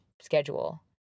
schedule